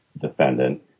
defendant